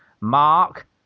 Mark